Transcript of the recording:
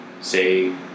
say